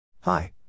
Hi